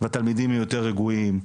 והתלמידים יהיו יותר רגועים.